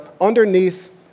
underneath